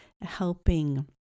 helping